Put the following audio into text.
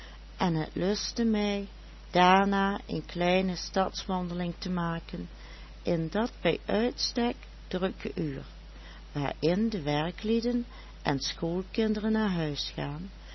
en het lustte mij daarna een kleine stadswandeling te maken in dat bij uitstek drukke uur waarin de werklieden en schoolkinderen naar huis gaan